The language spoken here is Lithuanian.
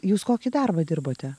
jūs kokį darbą dirbote